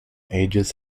ages